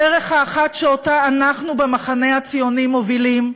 הדרך האחת, שאותה אנחנו במחנה הציוני מובילים,